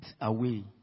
away